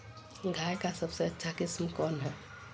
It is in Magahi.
गाय का सबसे अच्छा किस्म कौन हैं?